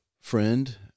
friend